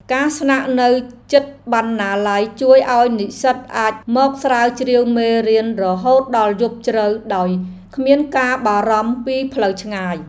ការស្នាក់នៅជិតបណ្ណាល័យជួយឱ្យនិស្សិតអាចមកស្រាវជ្រាវមេរៀនរហូតដល់យប់ជ្រៅដោយគ្មានការបារម្ភពីផ្លូវឆ្ងាយ។